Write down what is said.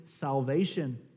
salvation